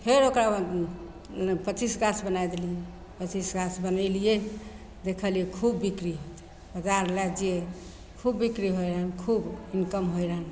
फेर ओकरामे पचीस गाछ बनै देलिए पचीस गाछ बनेलिए देखलिए खूब बिक्री होइ रहनि बजार लै जैए खूब बिक्री होइ रहनि खूब इनकम होइ रहनि